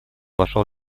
вошел